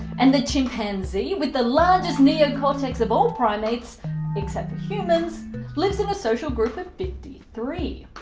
and the chimpanzee, with the largest neocortex of all primates except for humans lives in a social group of fifty three.